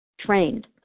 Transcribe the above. trained